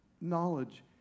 knowledge